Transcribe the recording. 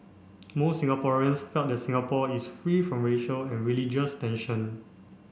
most Singaporeans felt that Singapore is free from racial and religious tension